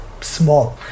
small